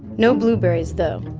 no blueberries though.